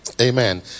Amen